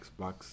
Xbox